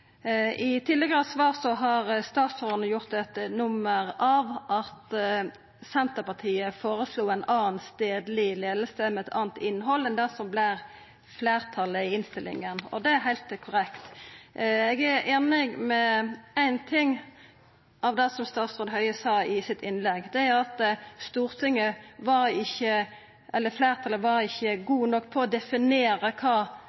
I tidlegare svar har statsråden gjort eit nummer av at Senterpartiet føreslo ei anna stadleg leiing med eit anna innhald enn det som vert fleirtalet i innstillinga, og det er heilt korrekt. Eg er einig i éin ting av det som statsråd Høie sa i innlegget sitt, og det er at fleirtalet i Stortinget ikkje var gode nok på å definera kva